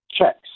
checks